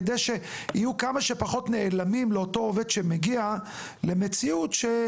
כדי שיהיו כמה שפחות נעלמים לאותו עובד שמגיע למציאות שהוא